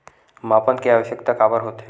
मापन के आवश्कता काबर होथे?